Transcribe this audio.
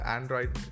Android